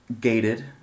gated